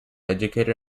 educator